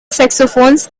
saxophones